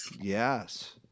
Yes